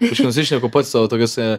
aš nusišneku pats sau tokiose